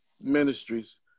ministries